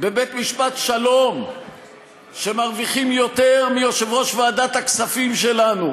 בבית-משפט השלום שמרוויחים יותר מיושב-ראש ועדת הכספים שלנו,